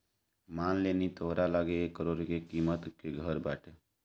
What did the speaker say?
मान लेनी तोहरा लगे एक करोड़ के किमत के घर बाटे